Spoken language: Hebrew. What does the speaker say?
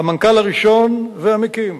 המנכ"ל הראשון והמקים,